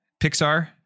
Pixar